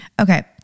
Okay